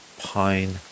pine